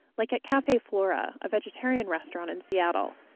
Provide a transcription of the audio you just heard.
like at cafe flora, a vegetarian restaurant in seattle.